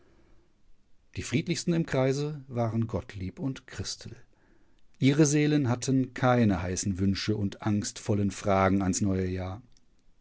die friedlichsten im kreise waren gottlieb und christel ihre seelen hatten keine heißen wünsche und angstvollen fragen ans neue jahr